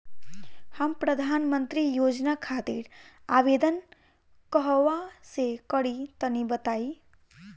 हम प्रधनमंत्री योजना खातिर आवेदन कहवा से करि तनि बताईं?